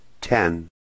Ten